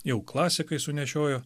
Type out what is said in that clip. jau klasikai sunešiojo